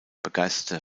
begeisterter